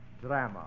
Drama